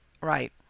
Right